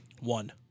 One